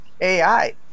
AI